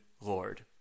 lord